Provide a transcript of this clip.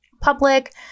public